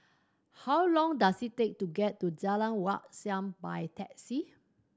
how long does it take to get to Jalan Wat Siam by taxi